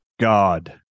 god